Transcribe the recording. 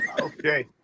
Okay